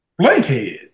blankhead